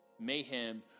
mayhem